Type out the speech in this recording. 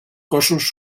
cossos